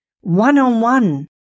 one-on-one